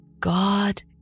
God